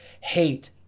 hate